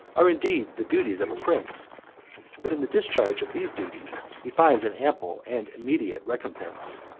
are indeed the duties of a prince but, in the discharge of these duties, he finds an ample and immediate recompense.